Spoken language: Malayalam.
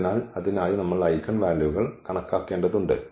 അതിനാൽ അതിനായി നമ്മൾ ഐഗൻ വാല്യൂകൾ കണക്കാക്കേണ്ടതുണ്ട്